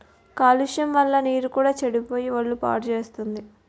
కాలుష్యం వల్ల నీరు కూడా సెడిపోయి ఒళ్ళు పాడుసేత్తుంది